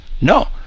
No